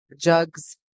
jugs